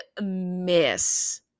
miss